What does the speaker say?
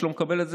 לא,